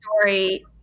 story